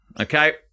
okay